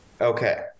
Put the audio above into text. Okay